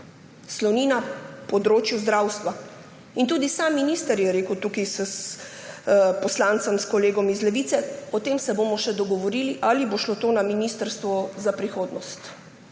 sloni na področju zdravstva. Tudi sam minister je rekel tukaj s poslancem, s kolegom iz Levice, o tem se bomo še dogovorili, ali bo šlo to na ministrstvo za solidarno